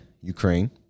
Ukraine